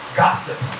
gossip